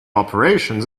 operations